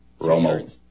Romo